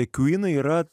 kvynai yra